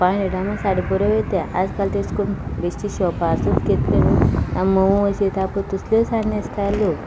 five हंड्रेडा म्हूण साडी बऱ्यो येतात आयज काल तशें करून बेश्टी शोपार सुद्दां घेतली न्हय सामक्यो मोव अशो येतात न्हय तसल्यो साडी घेवपाच्यो तसल्यो न्हेसतात लोक